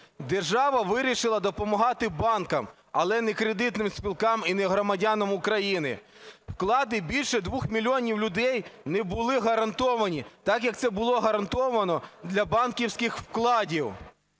Держава вирішила допомагати банкам, але не кредитним спілкам і не громадянам України. Вклади більше двох мільйонів людей не були гарантовані так, як це було гарантовано для банківських вкладів,